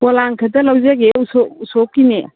ꯄꯣꯂꯥꯡ ꯈꯤꯇ ꯂꯧꯖꯒꯦ ꯎꯁꯣꯞꯀꯤꯅꯦ